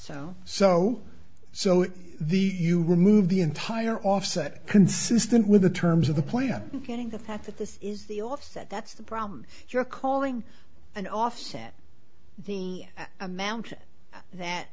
so so so the you remove the entire offset consistent with the terms of the plan getting the fact that this is the offset that's the problem you're calling an offset the amount that